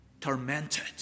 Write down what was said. tormented